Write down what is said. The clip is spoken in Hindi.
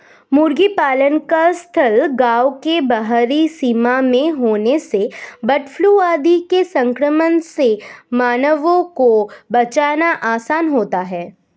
मुर्गी पालन का स्थल गाँव के बाहरी सीमा में होने से बर्डफ्लू आदि के संक्रमण से मानवों को बचाना आसान होता है